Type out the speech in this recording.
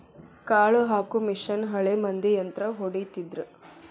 ಕಾಳ ಹಾಕು ಮಿಷನ್ ಹಳೆ ಮಂದಿ ಯಂತ್ರಾ ಹೊಡಿತಿದ್ರ